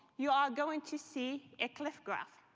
you are going to see a cliff graph.